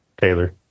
Taylor